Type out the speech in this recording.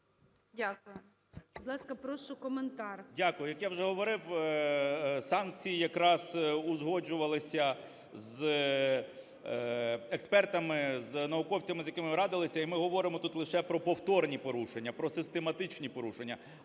Дякую. Як я вже говорив, санкції якраз узгоджувалися з експертами, з науковцями, з якими ми радилися. І ми говоримо тут лише про повторні порушення, про систематичні порушення,